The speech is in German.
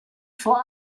vor